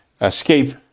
escape